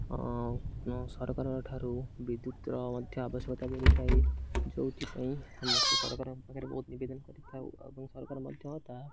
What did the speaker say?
ସରକାରଙ୍କଠାରୁ ବିଦ୍ୟୁତ୍ର ମଧ୍ୟ ଆବଶ୍ୟକତା ପଡ଼ିଥାଏ ଯେଉଁଥିପାଇଁ ଆମକୁ ସରକାରଙ୍କ ପାଖରେ ବହୁତ ନିବେଦନ କରିଥାଉ ଏବଂ ସରକାର ମଧ୍ୟ ତାହା